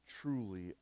truly